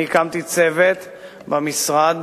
הקמתי צוות במשרד,